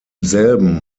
selben